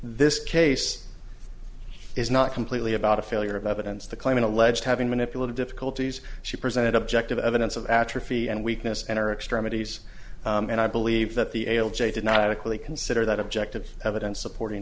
this case is not completely about a failure of evidence the claimant alleged having manipulated difficulties she presented objective evidence of atrophy and weakness and her extremities and i believe that the ale j did not adequately consider that objective evidence supporting